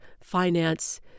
finance